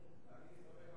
אני אסתפק,